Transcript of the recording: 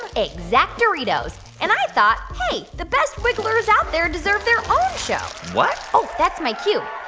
and exact-oritos. and i thought, hey, the best wigglers out there deserve their own show what? oh, that's my cue.